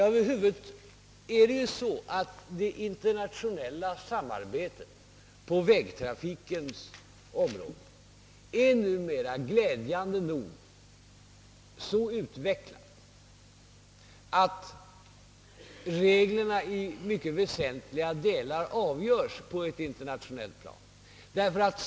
Över huvud är det internationella samarbetet på väg trafikens område numera, glädjande nog, så utvecklat, att reglerna i mycket väsentliga delar avgörs på ett internationellt plan.